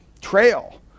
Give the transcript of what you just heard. trail